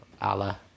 Allah